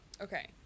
Okay